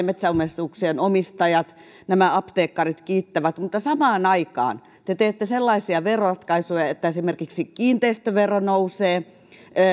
metsäomistuksien omistajat nämä apteekkarit kiittävät mutta samaan aikaan te teette sellaisia veroratkaisuja että esimerkiksi kiinteistövero nousee